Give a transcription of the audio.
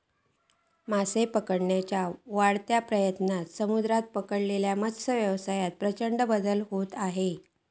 मासे पकडुच्या वाढत्या प्रयत्नांन समुद्रात पकडलेल्या मत्सव्यवसायात प्रचंड बदल होत असा